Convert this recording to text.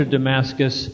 Damascus